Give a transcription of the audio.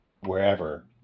wherever